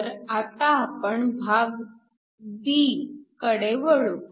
तर आता आपण भाग b कडे वळू